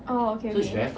orh okay okay